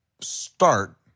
start